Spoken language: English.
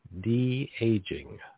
de-aging